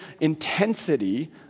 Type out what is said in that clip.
intensity